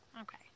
Okay